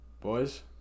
Boys